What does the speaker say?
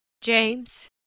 James